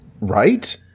Right